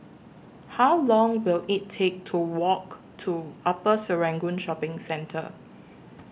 How Long Will IT Take to Walk to Upper Serangoon Shopping Centre